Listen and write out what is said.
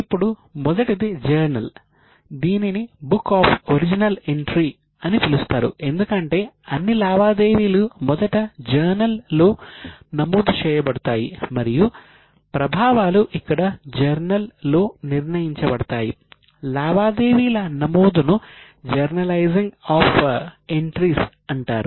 ఇప్పుడు మొదటిది జర్నల్ అంటారు